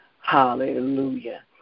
Hallelujah